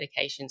medications